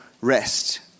rest